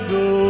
go